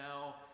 now